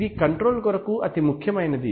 ఇది కంట్రోల్ కొరకు అతి ముఖ్యమైనది